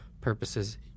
purposes